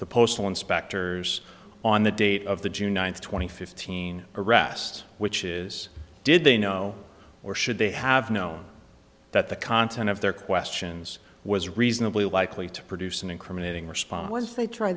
the postal inspectors on the date of the june ninth two thousand and fifteen arrest which is did they know or should they have known that the content of their questions was reasonably likely to produce an incriminating response was they try